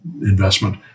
investment